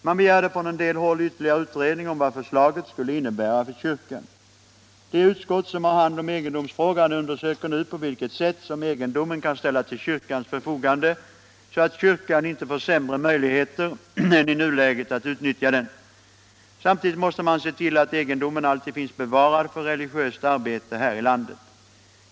Man begärde från en del håll ytterligare utredning om vad förslaget skulle innebära för kyrkan. Det utskott som har hand om egendomsfrågan undersöker nu på vilket sätt som egendomen kan ställas till kyrkans förfogande så att kyrkan inte får sämre möjligheter än i nuläget att utnyttja den. Samtidigt måste man se till att egendomen alltid finns bevarad för religiöst arbete här i landet.